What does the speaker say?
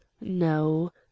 no